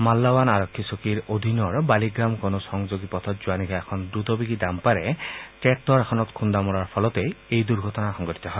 মাল্লাৱান আৰক্ষী চকীৰ অধীনৰ বালিগ্ৰাম কনৌজ সংযোগী পথত যোৱা নিশা এখন দ্ৰুতবেগী ডাম্পাৰে ট্ৰেক্টৰ এখনত খুন্দা মৰাৰ ফলতেই এই দুৰ্ঘটনা সংঘটিত হয়